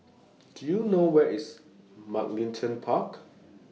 Do YOU know Where IS Mugliston Park